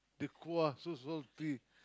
the kuah so salty